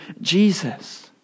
Jesus